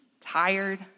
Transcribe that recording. Tired